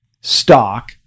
stock